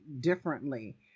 differently